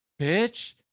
bitch